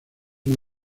muy